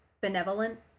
benevolent